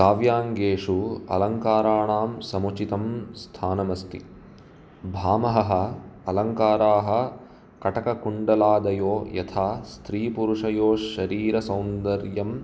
काव्याङ्गेषु अलङ्काराणां समुचितं स्थानमस्ति भामहः अलङ्काराः कटककुण्डलादयो यथा स्त्रीपुरुषयोः शरीरसौन्दर्यम्